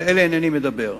על אלה אינני מדבר.